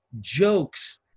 jokes